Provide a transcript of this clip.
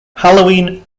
halloween